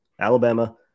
Alabama